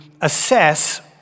assess